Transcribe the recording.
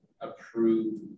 approved